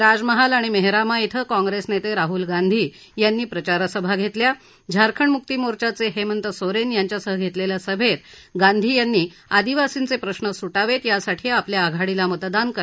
राजमहाल आणि मेहरामा इथं काँग्रेस नेते राहल गांधी यांनी प्रचारसभा घेतल्या झारखंड म्क्तिमोर्चाचे हेमंत सोरेन यांच्यासह घेतलेल्या सभेत गांधी यांनी आदिवासींचे प्रश्न स्टावेत यासाठी आपल्या आघाडीला मतदान करायचं आवाहन केलं